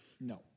no